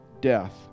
death